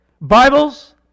Bibles